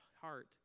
heart